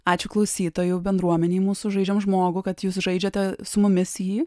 ačiū klausytojų bendruomenei mūsų žaidžiam žmogų kad jūs žaidžiate su mumis jį